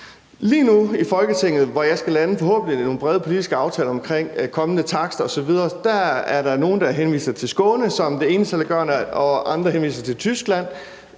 der i Folketinget, hvor jeg forhåbentlig skal lande nogle brede politiske aftaler omkring kommende takster osv., nogle, der henviser til Skåne som det eneste saliggørende, og andre henviser til Tyskland.